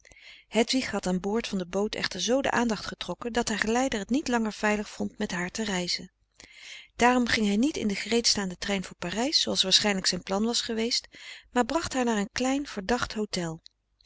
hedwig had aan boord van de boot echter zoo de aandacht getrokken dat haar geleider het niet langer veilig vond met haar te reizen daarom ging hij niet in den gereedstaanden trein voor parijs zooals waarschijnlijk zijn plan was geweest maar bracht haar naar een klein verdacht hotel